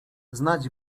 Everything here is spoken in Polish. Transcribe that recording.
znać